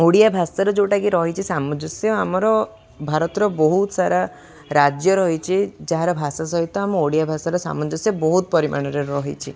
ଓଡ଼ିଆ ଭାଷାର ଯେଉଁଟାକି ରହିଛି ସାମଞ୍ଜସ୍ୟ ଆମର ଭାରତର ବହୁତ ସାରା ରାଜ୍ୟ ରହିଛି ଯାହାର ଭାଷା ସହିତ ଆମ ଓଡ଼ିଆ ଭାଷାର ସାମଞ୍ଜସ୍ୟ ବହୁତ ପରିମାଣରେ ରହିଛି